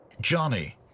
Johnny